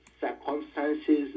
Circumstances